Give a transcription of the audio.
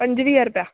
पंजवीह रुपया